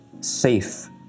safe